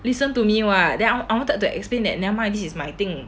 listen to me [what] then I'll I wanted to explain that never mind this is my thing